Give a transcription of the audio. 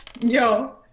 Yo